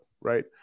right